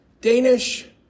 Danish